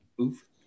Oof